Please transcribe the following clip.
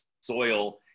soil